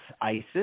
Isis